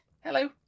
hello